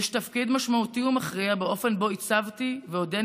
יש תפקיד משמעותי ומכריע באופן שבו עיצבתי ועודני